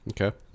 Okay